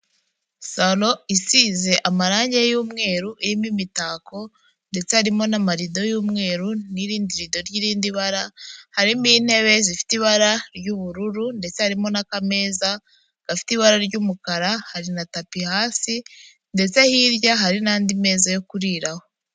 Salo isize amarangi y'umweru irimo imitako ndetse harimo n'amarido y'umweru n'irindi rido ry'irindi bara, harimo intebe zifite ibara ry'ubururu ndetse harimo n'akameza gafite ibara ry'umukara hari na tapi hasi ndetse hirya hari n'andi meza yo kuriraho.